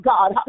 God